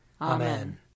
Amen